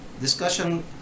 Discussion